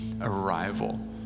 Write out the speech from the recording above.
arrival